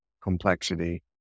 complexity